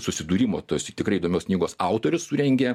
susidūrimo tos į tikrai įdomios knygos autorius surengė